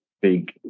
big